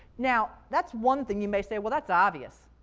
now, that's one thing you may say, well, that's obvious.